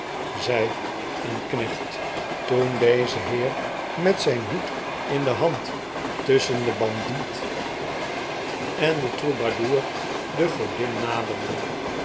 zei een knecht toen deze heer met zijn hoed in de hand tusschen den bandiet en den troubadour de godin naderde